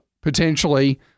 potentially